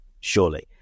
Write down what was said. surely